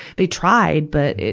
they tried, but it,